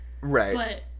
Right